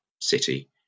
city